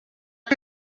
que